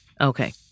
Okay